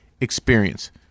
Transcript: experience